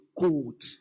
code